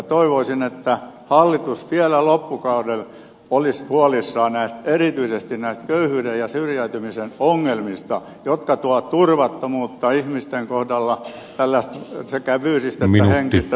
toivoisin että hallitus vielä loppukauden olisi huolissaan erityisesti näistä köyhyyden ja syrjäytymisen ongelmista jotka tuovat turvattomuutta ihmisten kohdalla sekä fyysistä että henkistä turvattomuutta